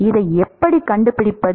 இதை எப்படி கண்டுபிடிப்பது